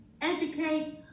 Educate